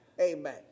Amen